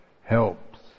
helps